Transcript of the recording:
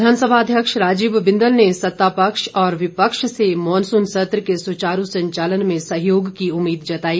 विधानसभा अध्यक्ष राजीव बिंदल ने सतापक्ष और विपक्ष से मॉनसून सत्र के सुचारू संचालन में सहयोग की उम्मीद जताई